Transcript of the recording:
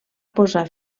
posar